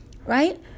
Right